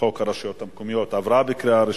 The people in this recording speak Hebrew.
הרשויות המקומיות (מימון בחירות)